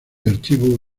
archivo